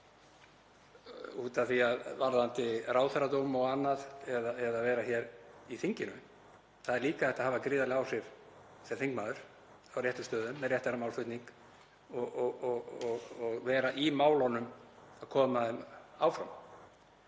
Hins vegar varðandi ráðherradóm og annað eða að vera hér í þinginu þá er líka hægt að hafa gríðarleg áhrif sem þingmaður á réttum stöðum með réttan málflutning og vera í málunum, að koma þeim áfram.